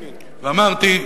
ואמרתי,